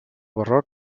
barroc